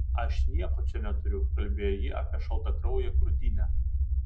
aš nieko čia neturiu kalbėjo ji apie šaltakrauję krūtinę